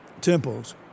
temples